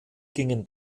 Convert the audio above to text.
gingen